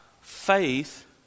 faith